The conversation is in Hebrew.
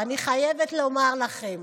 ואני חייבת לומר לכם,